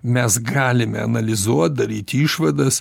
mes galime analizuot daryt išvadas